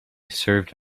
served